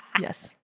Yes